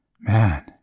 man